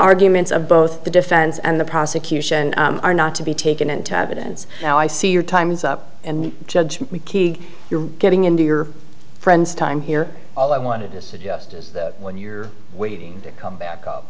arguments of both the defense and the prosecution are not to be taken into evidence now i see your time is up and judge key you're getting into your friends time here all i wanted to suggest is that when you're waiting to come back